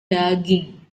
daging